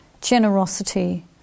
generosity